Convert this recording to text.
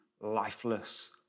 lifeless